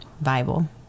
bible